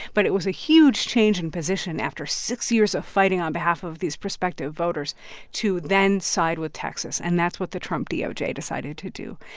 but it was a huge change in position after six years of fighting on behalf of these prospective voters to then side with texas. and that's what the trump doj decided to do.